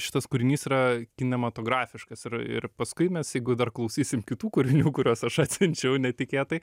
šitas kūrinys yra kinematografiškas ir ir paskui mes jeigu dar klausysim kitų kūrinių kuriuos aš atsiunčiau netikėtai